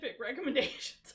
recommendations